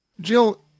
Jill